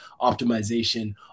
optimization